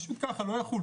פשוט ככה לא יחול,